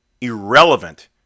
irrelevant